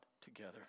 together